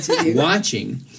Watching